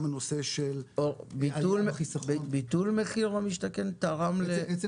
גם הנושא של --- ביטול מחיר למשתכן תרם --- עצם